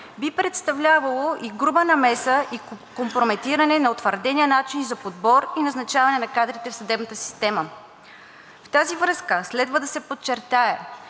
би представлявало и груба намеса, и компрометиране на утвърдения начин за подбор, и назначаване на кадрите в съдебната система. В тази връзка следва да се подчертае,